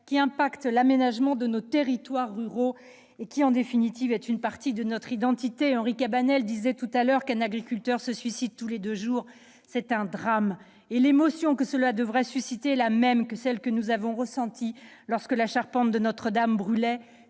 qui impacte l'aménagement de nos territoires ruraux et constitue, en définitive, une partie de notre identité ? Henri Cabanel disait qu'un agriculteur se suicide tous les deux jours. C'est un drame. L'émotion que cela devrait susciter est la même que celle que nous avons ressentie lorsque la charpente de Notre-Dame brûlait.